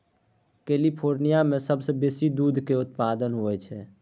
California मे सबसँ बेसी दूध केर उत्पाद होई छै